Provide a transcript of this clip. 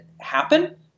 happen